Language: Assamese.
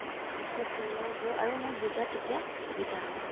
ট্ৰাঞ্চলেট কৰি ল'ব পৰোঁ আৰু মোৰ বুজাত তেতিয়া সুবিধা হয়